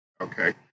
Okay